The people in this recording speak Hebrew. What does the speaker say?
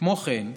כמו כן,